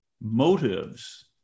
motives